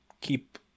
keep